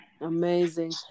Amazing